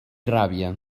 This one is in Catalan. ràbia